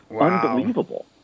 unbelievable